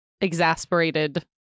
exasperated